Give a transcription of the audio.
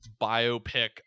biopic